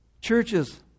Churches